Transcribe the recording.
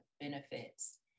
benefits